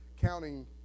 counting